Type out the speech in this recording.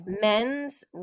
men's